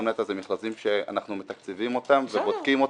נת"ע אלו מכרזים שאנחנו מתקצבים ובודקים,